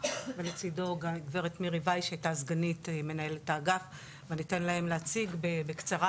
ולצידו גב' מירי ווייס שהייתה מנהל האגף ואני אתן להם להציג בקצרה